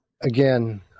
again